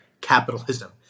capitalism